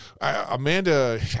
Amanda